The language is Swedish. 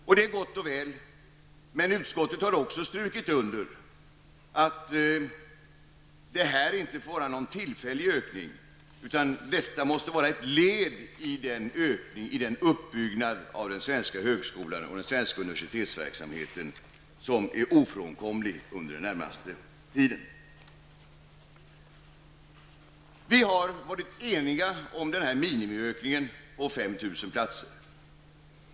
Detta är gott och väl, men utskottet har också strukit under att det här inte får vara någon tillfällig ökning utan att detta måste vara ett led i den uppbyggnad av den svenska högskolan och den svenska universitetsverksamheten som är ofrånkomlig under den närmaste tiden. Vi har varit eniga om denna minimiökning på 5 000 platser.